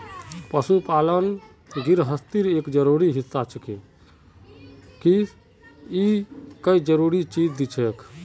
पशुपालन गिरहस्तीर एक जरूरी हिस्सा छिके किसअ के ई कई जरूरी चीज दिछेक